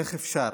איך אפשר?